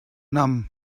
nam